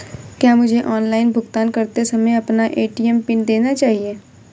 क्या मुझे ऑनलाइन भुगतान करते समय अपना ए.टी.एम पिन देना चाहिए?